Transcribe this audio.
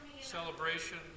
celebration